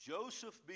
Joseph